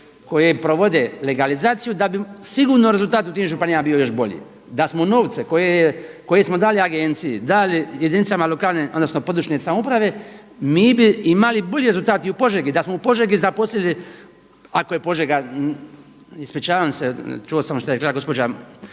koje provode legalizacije da bi sigurno rezultat u tim županijama bio još bolji. Da smo novce koje smo dali Agenciji dali jedinicama lokalne odnosno područne samouprave mi bi imali bolji rezultat i u Požegi da smo u Požegi zaposlili ako je Požega, ispričavam se čuo sam što je rekla gospođa